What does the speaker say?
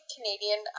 Canadian